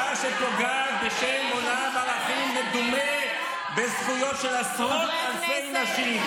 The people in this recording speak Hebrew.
אישה שפוגעת בשם עולם ערכים מדומה בזכויות של עשרות אלפי נשים,